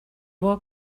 war